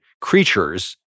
creatures